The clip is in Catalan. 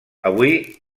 avui